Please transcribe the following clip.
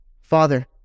Father